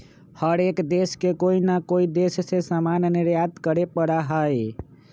हर एक देश के कोई ना कोई देश से सामान निर्यात करे पड़ा हई